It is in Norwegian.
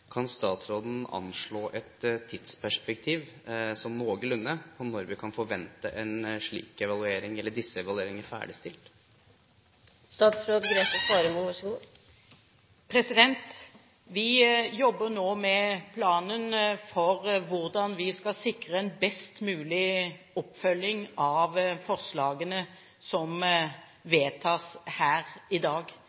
Kan statsråden anslå et noenlunde tidsperspektiv for når vi kan forvente disse evalueringene ferdigstilt? Vi jobber nå med planen for hvordan vi skal sikre en best mulig oppfølging av forslagene som